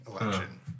election